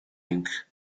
inc